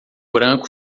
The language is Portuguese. branco